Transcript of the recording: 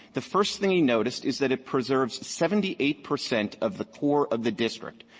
the first thing he noticed is that it preserves seventy eight percent of the core of the district,